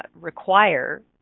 require